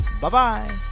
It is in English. Bye-bye